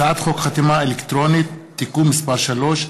הצעת חוק חתימה אלקטרונית (תיקון מס' 3),